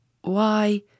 Why